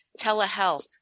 telehealth